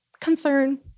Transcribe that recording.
concern